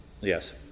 Yes